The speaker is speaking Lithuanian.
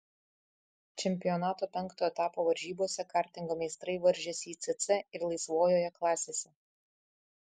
čempionato penktojo etapo varžybose kartingo meistrai varžėsi icc ir laisvojoje klasėse